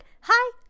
Hi